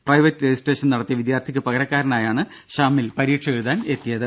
private registration നടത്തിയ വിദ്യാർത്ഥിക്ക് പകരക്കാരനായാണ് ഷാമിൽ പരീക്ഷ എഴുതാനെത്തിയത്